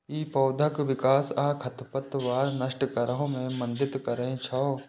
ई पौधाक विकास आ खरपतवार नष्ट करै मे मदति करै छै